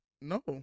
No